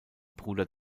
bruder